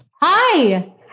Hi